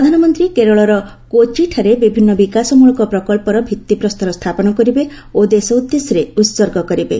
ପ୍ରଧାନମନ୍ତ୍ରୀ କେରଳର କୋଚିଠାରେ ବିଭିନ୍ନ ବିକାଶମୂଳକ ପ୍ରକଳ୍ପର ଭିତ୍ତିପ୍ରସ୍ତର ସ୍ଥାପନ କରିବେ ଓ ଦେଶ ଉଦ୍ଦେଶ୍ୟରେ ଉତ୍ସର୍ଗ କରିବେ